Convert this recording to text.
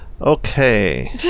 Okay